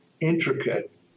intricate